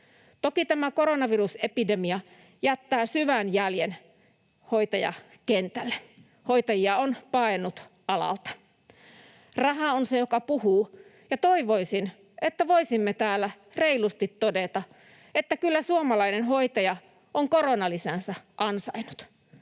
Toki tämä koronavirusepidemia jättää syvän jäljen hoitajakentälle. Hoitajia on paennut alalta. Raha on se, joka puhuu, ja toivoisin, että voisimme täällä reilusti todeta, että kyllä suomalainen hoitaja on koronalisänsä ansainnut.